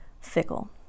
fickle